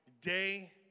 day